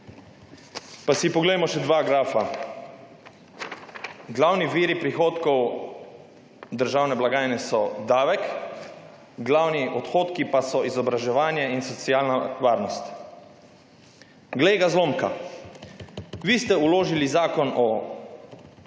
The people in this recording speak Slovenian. Pa si poglejmo še dva grafa. Glavni vir prihodkov državne blagajne so davki, glavni odhodki pa so izobraževanje in socialna varnost. Glej ga zlomka, vi ste vložili zakon o davku